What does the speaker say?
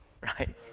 right